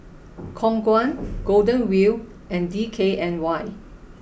Khong Guan Golden Wheel and D K N Y